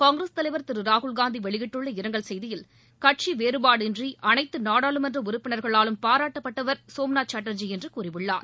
காங்கிரஸ் தலைவா் திரு ராகுல்காந்தி வெளியிட்டுள்ள இரங்கல் செய்தியில் கட்சி வேறபாடின்றி அனைத்து நாடாளுமன்ற உறுப்பினர்களாலும் பாராட்டப்பட்டவர் சோம்நாத் சாட்டர்ஜி என்று கூறியுள்ளார்